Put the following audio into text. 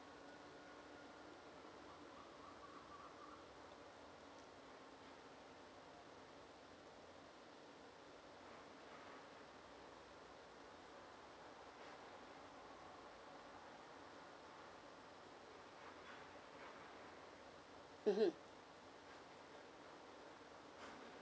mmhmm